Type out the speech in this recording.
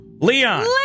Leon